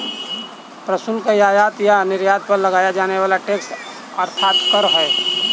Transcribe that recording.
प्रशुल्क, आयात या निर्यात पर लगाया जाने वाला टैक्स अर्थात कर है